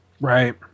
Right